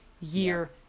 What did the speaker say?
year